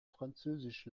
französisch